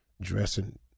dressing